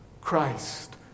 Christ